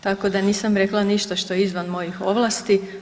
Tako da nisam rekla ništa što je izvan mojih ovlasti.